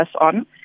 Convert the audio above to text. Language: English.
on